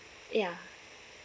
ya